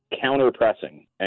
counter-pressing